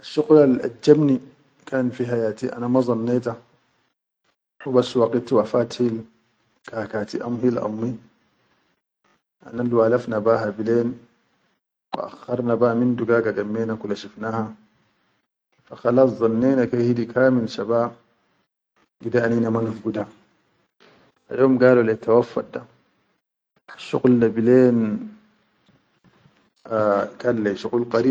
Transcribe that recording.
Shuqulal ajjabni kan fi hayati ana ma zanneta hubas waqit wafat hil kakati am hil ammi, analwalaf na be ha bilen wa akhar na behamin dugaga gammena kula shif naha, khalas zannena ke hidi kamil shabaha gide anina ma nazguda. Al yom galo leyi tawaft da, shuqul da bilen a kan leyi shuqul.